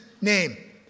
name